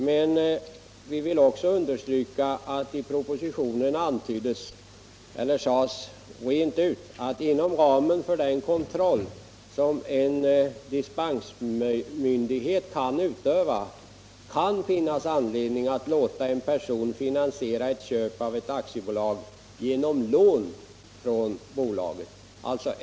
Men vi vill också understryka att det i propositionen sagts rent ut att det inom ramen för den kontroll som en dispensmyndighet kan utöva kan finnas anledning att låta en person finansiera ett köp av ett aktiebolag genom lån från bolaget.